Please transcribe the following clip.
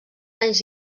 anys